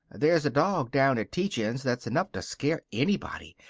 there's a dog down at tietjens' that's enough to scare anybody.